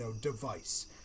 device